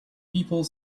people